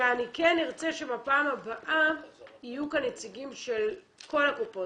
ואני כן ארצה שבפעם הבאה יהיו כאן נציגים של כל הקופות